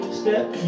step